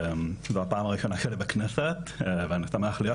זו הפעם הראשונה שלי בכנסת ישראל ואני שמח מאוד להיות פה.